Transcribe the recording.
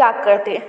त्याग करतै